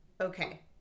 Okay